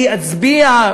אני אצביע,